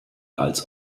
als